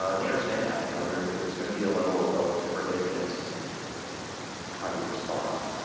um they understand that. you know there's there's gonna be a level of forgiveness in in how you respond.